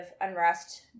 unrest